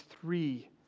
three